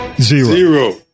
Zero